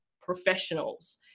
professionals